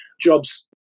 jobs